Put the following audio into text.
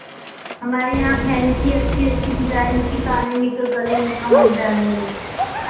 हमारे यहाँ फैंसी अच्छी अच्छी डिजाइनों कि कानो में का गले में का मिलता है